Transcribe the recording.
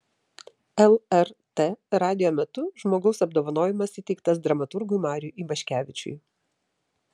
lrt radijo metų žmogaus apdovanojimas įteiktas dramaturgui mariui ivaškevičiui